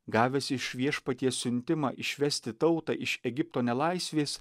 gavęs iš viešpaties siuntimą išvesti tautą iš egipto nelaisvės